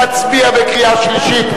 להצביע בקריאה שלישית.